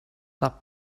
that